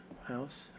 house